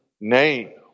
nay